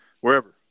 wherever